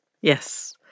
Yes